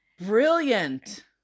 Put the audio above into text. Brilliant